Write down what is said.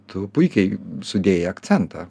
tu puikiai sudėjai akcentą